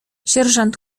sierżant